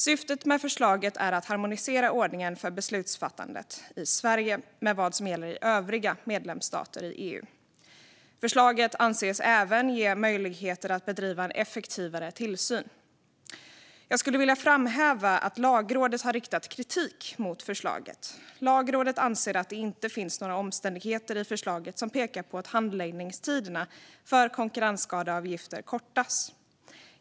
Syftet med förslaget är att harmonisera ordningen för beslutsfattandet i Sverige med vad som gäller i övriga medlemsstater i EU. Förslaget anses även ge möjligheter att bedriva en effektivare tillsyn. Jag skulle vilja framhäva att Lagrådet har riktat kritik mot förslaget. Lagrådet anser att det inte finns några omständigheter i förslaget som pekar på att handläggningstiderna för konkurrensskadeavgifter kortas.